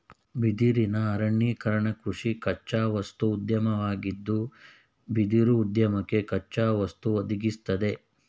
ಬಿದಿರಿನ ಅರಣ್ಯೀಕರಣಕೃಷಿ ಕಚ್ಚಾವಸ್ತು ಉದ್ಯಮವಾಗಿದ್ದು ಬಿದಿರುಉದ್ಯಮಕ್ಕೆ ಕಚ್ಚಾವಸ್ತು ಒದಗಿಸ್ತದೆ